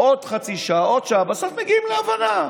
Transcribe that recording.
עוד חצי שעה, עוד שעה, בסוף מגיעים להבנה.